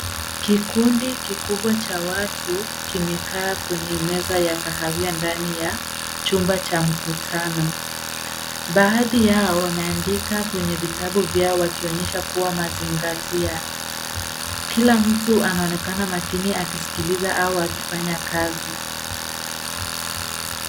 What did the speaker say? Kikundi kikubwa cha watu kimekaa kwenye meza ya kahawia, ndani ya chumba cha mkutano. Baadhi yao wanaandika kwenye vitabu vyao wakionyesha kua mazingatia. Kila mtu anaonekana makini akizingatia au akifanya kazi.